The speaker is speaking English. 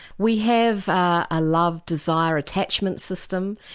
we have a love desire attachment system.